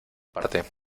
parte